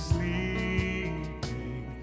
Sleeping